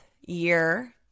year